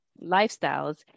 lifestyles